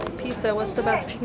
pizza, what's the best